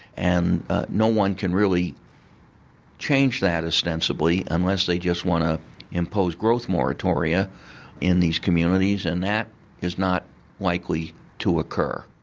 and no one can really change that ostensibly, unless they just want to impose growth moratoria in these communities, and that is not likely to occur.